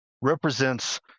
represents